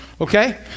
Okay